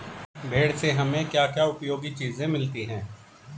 भेड़ से हमें क्या क्या उपयोगी चीजें मिलती हैं?